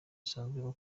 cyo